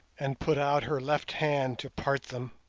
and put out her left hand to part them.